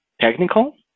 technical